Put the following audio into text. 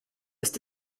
ist